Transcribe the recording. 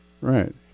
Right